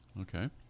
okay